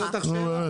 שואל אותך שאלה.